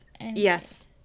Yes